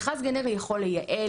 מכרז גנרי יכול לייעל,